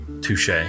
Touche